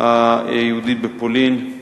היהודית בפולין,